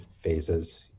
phases